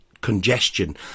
congestion